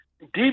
deep